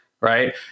right